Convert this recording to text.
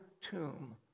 tomb